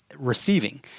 receiving